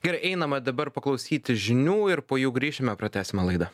gerai einame dabar paklausyti žinių ir po jų grįšime pratęsime laidą